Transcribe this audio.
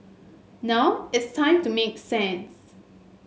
now it's time to make sense